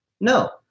No